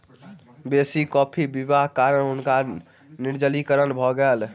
बेसी कॉफ़ी पिबाक कारणें हुनका निर्जलीकरण भ गेल